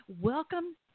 welcome